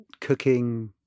cooking